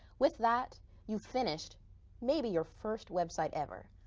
with that you've finished maybe your first website ever.